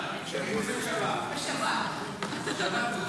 חברי הכנסת.